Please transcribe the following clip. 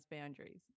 boundaries